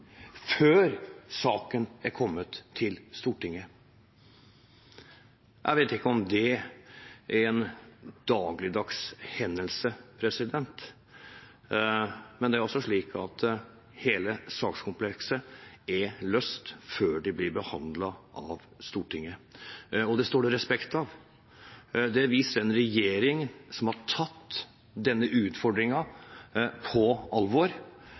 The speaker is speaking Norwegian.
før saken er kommet til Stortinget. Jeg vet ikke om det er en dagligdags hendelse. Men det er altså slik at hele sakskomplekset er løst før det blir behandlet av Stortinget. Det står det respekt av. Det viser en regjering som har tatt denne utfordringen på alvor,